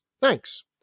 Thanks